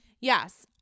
yes